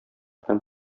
һәм